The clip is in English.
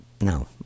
No